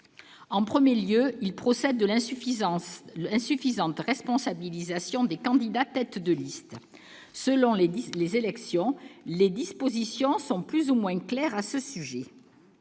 en premier lieu l'insuffisante responsabilisation des candidats têtes de liste. Selon les élections, les dispositions sont plus ou moins claires à ce sujet.